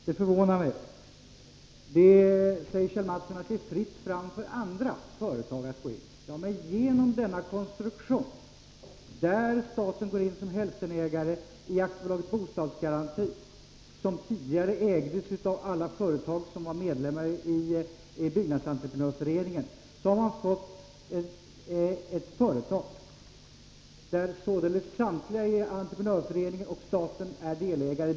Det förvånar mig som sagt att Kjell Mattsson inte kunde tänka sig det. Kjell Mattsson säger att det är fritt fram för andra företag att gå in. Ja, men genom denna konstruktion, där staten är hälftenägare i AB Bostadsgaranti, som tidigare ägdes av alla företag som var medlemmar i Byggnadsentreprenörföreningen, har man fått ett företag, där således samtliga medlemmar i Byggnadsentreprenörföreningen och staten är delägare.